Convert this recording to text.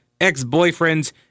ex-boyfriends